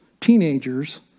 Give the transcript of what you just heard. Teenagers